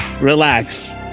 relax